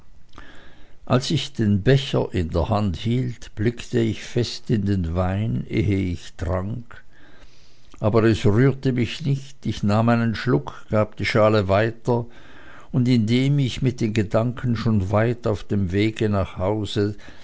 als ich den becher in der hand hielt blickte ich fest in den wein ehe ich trank aber es rührte mich nicht ich nahm einen schluck gab die schale weiter und indem ich mit den gedanken schon weit auf dem wege nach hause